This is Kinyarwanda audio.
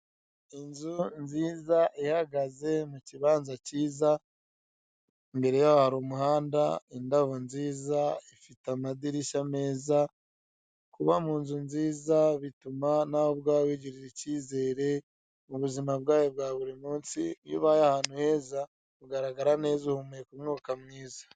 Inzu nziza ihagaze mu kibanza cyiza imbere yaho hari umuhanda, indabo nziza, ifite amadirishya meza kuba mu nzu nziza bituma nawe ubwawe wigirira ikizere mu buzima bwawe bwa buri munsi, iyo ubaye ahantu heza ugaragara neza uhumeka umwuka mwiza.